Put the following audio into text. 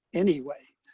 anyway.